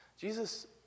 Jesus